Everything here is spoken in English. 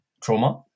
trauma